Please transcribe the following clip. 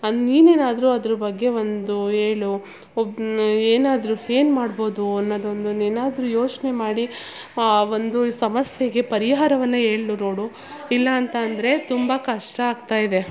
ನೀನೇನಾದರೂ ಅದರ ಬಗ್ಗೆ ಒಂದು ಹೇಳು ಒಬ್ಬ ಏನಾದರು ಏನು ಮಾಡ್ಬೋದು ಅನ್ನೋದೊಂದು ಏನಾದರು ಯೋಚನೆ ಮಾಡಿ ಆ ಒಂದು ಸಮಸ್ಯೆಗೆ ಪರಿಹಾರವನ್ನು ಹೇಳ್ ನೋಡು ಇಲ್ಲಾಂತಂದರೆ ತುಂಬ ಕಷ್ಟ ಆಗ್ತಾ ಇದೆ